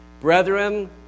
Brethren